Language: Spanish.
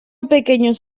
pequeños